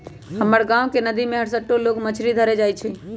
हमर गांव के नद्दी में हरसठ्ठो लोग मछरी धरे जाइ छइ